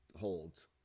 holds